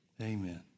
amen